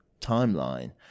timeline